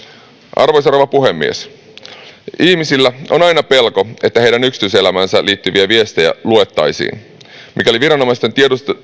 arvoisa rouva puhemies ihmisillä on aina pelko että heidän yksityiselämäänsä liittyviä viestejä luettaisiin mikäli viranomaisten